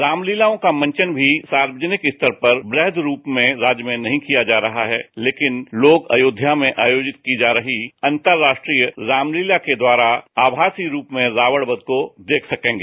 रामलीलाओं का मंचन भी सार्वजनिक स्तर पर वृहद रूप में राज्य में नहीं किया जा रहा है लेकिन लोग अयोध्या में आयोजित की जा रही अंतरराष्ट्रीय रामलीला के द्वारा आभासीय रूप से रावण वध को देख सकेंगे